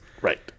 right